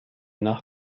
nach